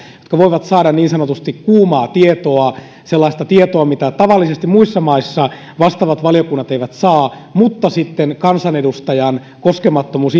jotka voivat saada niin sanotusti kuumaa tietoa sellaista tietoa mitä tavallisesti muissa maissa vastaavat valiokunnat eivät saa mutta sitten kansanedustajan koskemattomuus